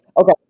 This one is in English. Okay